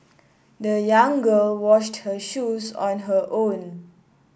the young girl washed her shoes on her own